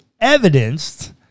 evidenced